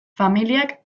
familiak